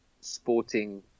sporting